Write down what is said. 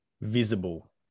visible